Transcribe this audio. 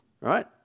right